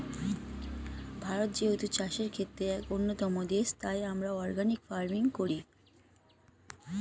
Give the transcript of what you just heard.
ভারত যেহেতু চাষের ক্ষেত্রে এক অন্যতম দেশ, তাই আমরা অর্গানিক ফার্মিং করি